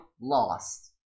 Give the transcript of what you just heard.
lost